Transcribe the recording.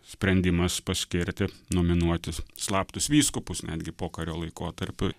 sprendimas paskirti nominuoti slaptus vyskupus netgi pokario laikotarpiu